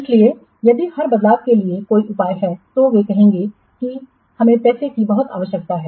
इसलिए यदि हर बदलाव के लिए कोई उपाय है तो वे कहेंगे कि हमें पैसे की बहुत आवश्यकता है